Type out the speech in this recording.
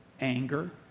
Anger